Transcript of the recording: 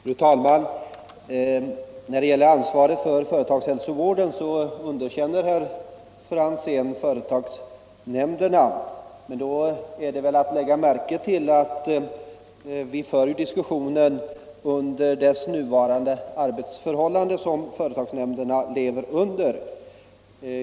Fru talman! När det gäller ansvaret för företagshälsovården underkänner herr Franzén i Stockholm företagsnämnderna. Men då är det att lägga märke till att vi för diskussionen med utgångspunkt i de arbetsförhållanden som företagsnämnderna nu verkar under.